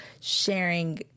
sharing